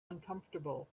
uncomfortable